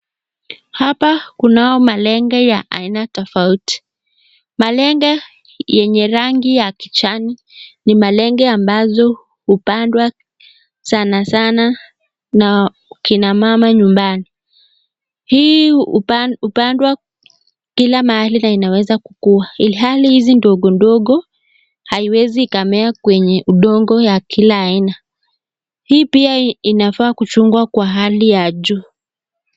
Hapa kuna malenge ya aina tofauti. Malenge yenye rangi ya kijani ni malenge ambazo hupandwa sana sana na kina mama nyumbani. Hii hupandwa kila mahali na inaweza kukua, ilhali hizi ndogo ndogo haiwezi ikamea kwenye udongo ya kila aina. Hii pia inafaa kuchungwa kwa hali ya juu.